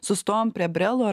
sustojom prie brelo ir